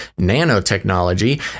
nanotechnology